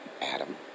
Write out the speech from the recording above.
Adam